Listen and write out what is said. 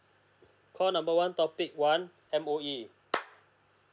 call number one topic one M_O_E